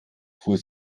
fuhr